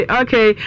okay